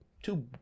Two